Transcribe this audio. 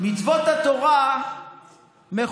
מצוות התורה מחולקות